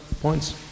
points